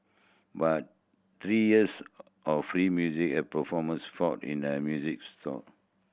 but three years of free music a performance in their music store